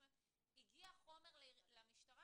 הגיע חומר למשטרה,